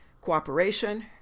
cooperation